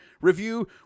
review